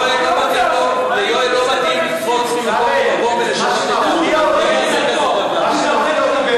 לא רוצה אתכם, יואל, לא מתאים לו.